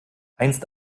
einst